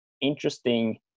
interesting